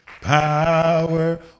power